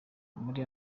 muri